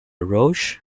roch